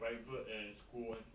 private and school [one]